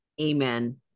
Amen